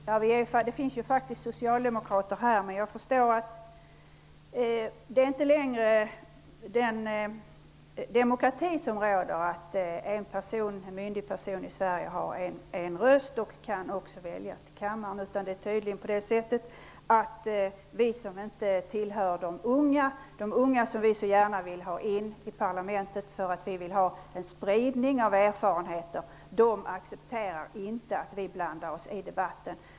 Herr talman! Det finns faktiskt socialdemokrater här, men jag förstår att den demokrati som säger att en myndig person i Sverige har en röst och kan väljas till kammaren inte längre råder. Det är tydligen på det sättet att de unga som vi så gärna vill ha in i parlamentet för att få en spridning av erfarenheter inte accepterar att vi som inte tillhör de unga blandar oss i debatten.